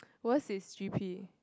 worst is g_p